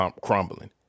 crumbling